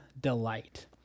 delight